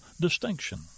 distinction